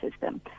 system